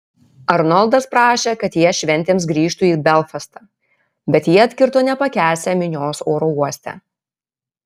arnoldas prašė kad jie šventėms grįžtų į belfastą bet jie atkirto nepakęsią minios oro uoste